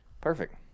Perfect